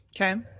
Okay